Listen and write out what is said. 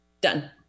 done